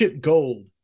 gold